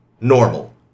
Normal